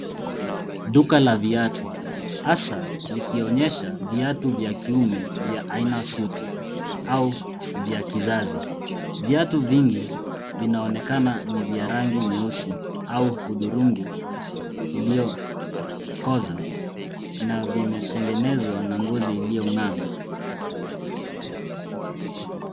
Duka la viatu hasa likionyesha viatu vya kiume vya aina suti au vya kizazi. Viatu vingi vinaonekana ni vya rangi nyeusi au hudhurungi iliyokoza na vimetengenezwa na ngozi iliyong'aa.